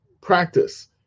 practice